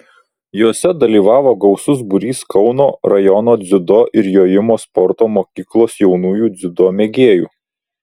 jose dalyvavo gausus būrys kauno rajono dziudo ir jojimo sporto mokyklos jaunųjų dziudo mėgėjų